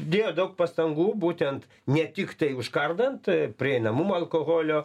dėjo daug pastangų būtent ne tiktai užkardant prieinamumą alkoholio